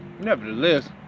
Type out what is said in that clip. Nevertheless